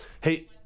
Hey